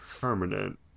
permanent